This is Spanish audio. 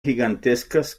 gigantescas